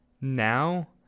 now